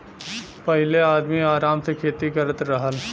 पहिले आदमी आराम से खेती करत रहल